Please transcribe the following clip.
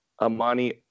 Amani